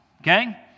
okay